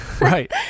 Right